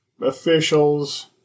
officials